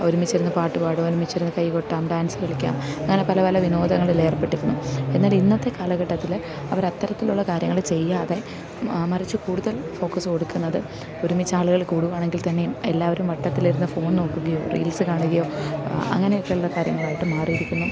ഒരുമിച്ചിരുന്ന് പാട്ട് പാടും ഒരുമിച്ചിരുന്ന് കൈ കൊട്ടാം ഡാൻസ് കളിക്കാം അങ്ങനെ പല പല വിനോദങ്ങളിലൽ എർപ്പെട്ടിരുന്നു എന്നാലിന്നത്തെ കാലഘട്ടത്തിൽ അവരത്തരത്തിലുള്ള കാര്യങ്ങൾ ചെയ്യാതെ മറിച്ച് കൂടുതൽ ഫോക്കസ് കൊടുക്കുന്നത് ഒരുമിച്ചാളുകൾ കൂടുകയാണെങ്കിൽ തന്നെയും എല്ലാവരും വട്ടത്തിലിരുന്ന് ഫോൺ നോക്കുകയോ റീൽസ് കാണുകയോ അങ്ങനെയൊക്കെയുള്ള കാര്യങ്ങളായിട്ട് മാറിയിരിക്കുന്നു